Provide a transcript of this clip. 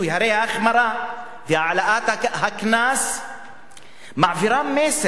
הרי החמרה והעלאת הקנס מעבירות מסר שאומר: